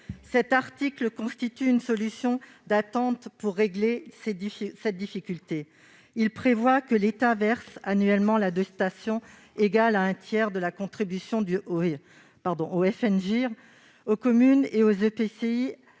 Cet article constitue une solution d'attente pour régler cette difficulté. Il tend à prévoir que l'État verse annuellement la dotation égale à un tiers de la contribution du FNGIR aux communes et aux EPCI